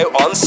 on